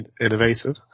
innovative